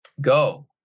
Go